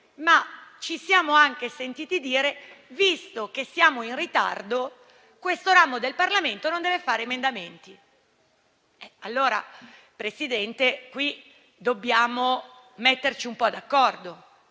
ci siamo anche sentiti dire che, visto che siamo in ritardo, questo ramo del Parlamento non deve presentare emendamenti. Signora Presidente, dobbiamo metterci d'accordo